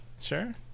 Sure